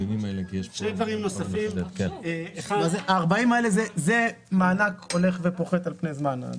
ה-40 האלה, זה מענק שהולך ופוחת על פני זמן.